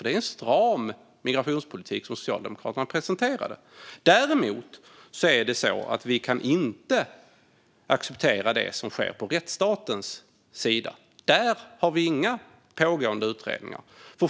Det var en stram migrationspolitik som Socialdemokraterna presenterade. Däremot kan vi inte acceptera det som sker på rättsstatens område. Där har vi inga pågående utredningar.